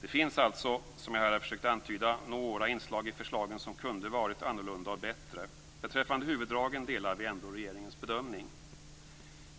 Det finns alltså, som jag här har försökt antyda, några inslag i förslagen som kunde ha varit annorlunda och bättre. Beträffande huvuddragen delar vi ändå regeringens bedömning.